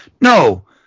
No